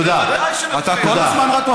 תודה רבה, תודה.